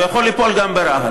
הוא יכול ליפול גם ברהט.